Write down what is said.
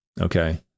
Okay